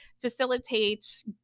facilitate